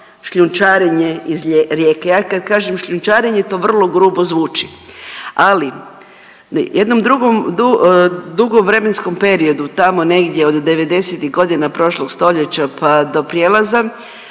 šljunčarenje iz rijeke. Ja kad kažem šljunčarenje to vrlo grubo zvuči, ali u jednom dugom vremenskom periodu tamo negdje od devedesetih godina prošlog stoljeća pa do prijelaza